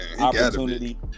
opportunity